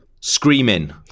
Screaming